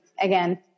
again